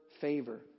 favor